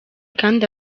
kandi